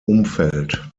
umfeld